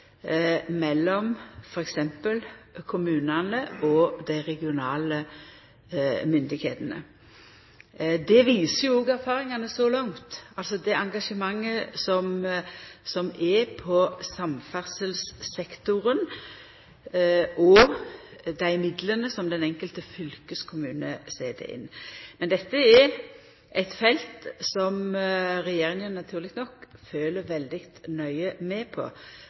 mellom t.d. kommunane og dei regionale myndigheitene. Det viser òg erfaringane så langt, det engasjementet som er på samferdselssektoren og dei midlane som den enkelte fylkeskommune set inn. Dette er eit felt som regjeringa naturleg nok følgjer veldig nøye med på,